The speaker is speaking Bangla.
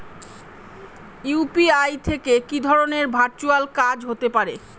ইউ.পি.আই থেকে কি ধরণের ভার্চুয়াল কাজ হতে পারে?